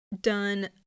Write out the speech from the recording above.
done